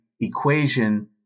equation